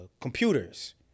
computers